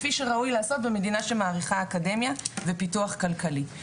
כפי שראוי לעשות במדינה שמעריכה אקדמיה ופיתוח כלכלי.